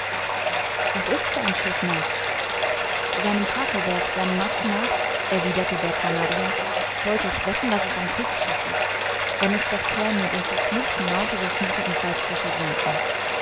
was ist's für ein schiff ned seinem takelwerk seinen masten nach erwiderte der canadier wollte ich wetten daß es ein kriegsschiff ist wenn es doch käme den verfluchten nautilus nöthigenfalls zu versenken